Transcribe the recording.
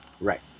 Right